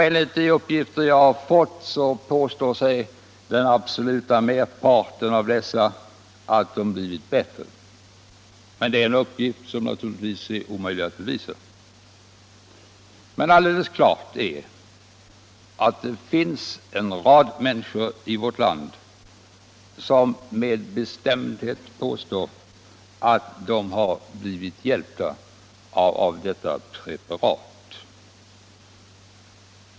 Enligt uppgifter som jag fått påstår den absoluta merparten av dessa att de har blivit bättre. Det är naturligtvis omöjligt att bevisa om de påståendena är riktiga. Men alldeles klart är att det finns en rad människor i vårt land som med bestämdhet påstår att de har blivit hjälpta av detta preparat.